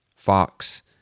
Fox